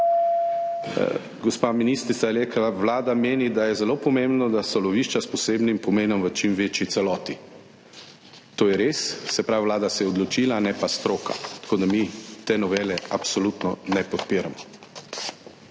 Gospa ministrica je rekla: »Vlada meni, da je zelo pomembno, da so lovišča s posebnim pomenom v čim večji celoti.« To je res, se pravi, Vlada se je odločila ne pa stroka. Tako da, mi te novele absolutno ne podpiramo.